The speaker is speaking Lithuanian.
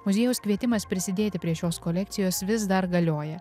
muziejaus kvietimas prisidėti prie šios kolekcijos vis dar galioja